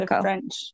French